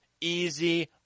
Easy